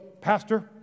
Pastor